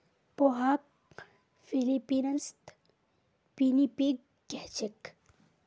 पोहाक फ़िलीपीन्सत पिनीपिग कह छेक